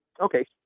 Okay